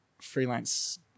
freelance